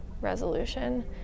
resolution